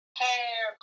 hair